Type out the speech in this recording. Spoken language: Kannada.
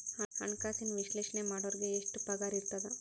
ಹಣ್ಕಾಸಿನ ವಿಶ್ಲೇಷಣೆ ಮಾಡೋರಿಗೆ ಎಷ್ಟ್ ಪಗಾರಿರ್ತದ?